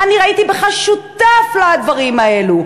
אני ראיתי בך שותף לדברים האלה.